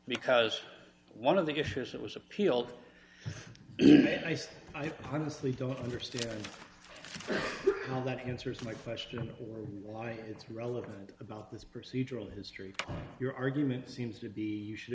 because one of the issues that was appealed i honestly don't understand how that answers my question or why it's relevant about this procedural history your argument seems to be